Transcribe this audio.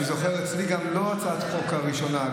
אני זוכר אצלי לא רק את הצעת החוק הראשונה.